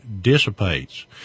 dissipates